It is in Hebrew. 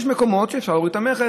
יש מקומות שבהם אפשר להוריד את המכס,